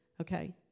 Okay